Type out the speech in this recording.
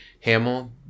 Hamill